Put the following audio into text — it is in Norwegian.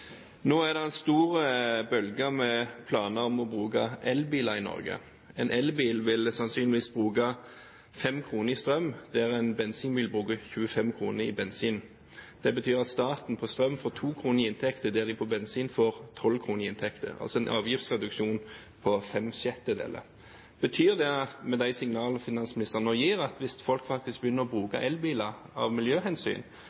Nå er det en stor bølge med planer om å bruke elbiler i Norge. En elbil vil sannsynligvis bruke 5 kr i strøm der en bensinbil bruker 25 kr i bensin. Det betyr at staten på strøm får 2 kr i inntekt der de på bensin får 12 kr i inntekter, altså en avgiftsreduksjon på fem sjettedeler. Betyr det, med de signalene finansministeren nå gir, at hvis folk faktisk begynner å